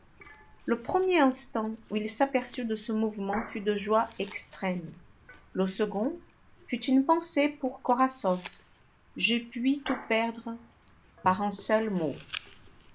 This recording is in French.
le premier instant où il s'aperçut de ce mouvement fut de joie extrême le second fut une pensée pour korasoff je puis tout perdre par un seul mot